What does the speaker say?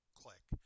click